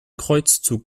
kreuzzug